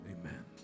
Amen